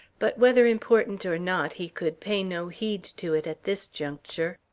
but whether important or not, he could pay no heed to it at this juncture,